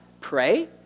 pray